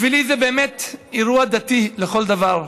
בשבילי זה באמת אירוע דתי לכל דבר,